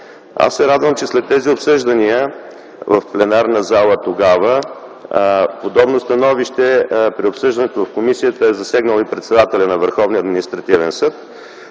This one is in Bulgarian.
Аз се радвам, че след тези обсъждания в пленарната зала, тогава подобно становище при обсъждането в комисията е засегнал и председателят на